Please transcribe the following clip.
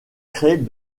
créent